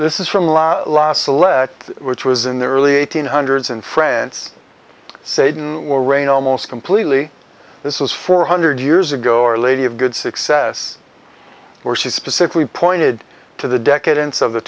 this is from la la select which was in the early eighteen hundreds in france saidan where rain almost completely this is four hundred years ago our lady of good success where she specifically pointed to the decadence of the